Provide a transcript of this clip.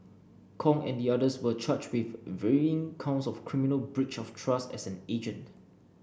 Kong and the others were charged with varying counts of criminal breach of trust as an agent